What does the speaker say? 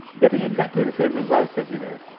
getting exactly the same results that